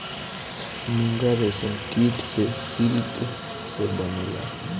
मूंगा रेशम कीट से सिल्क से बनेला